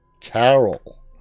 Carol